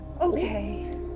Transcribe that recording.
Okay